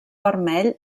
vermell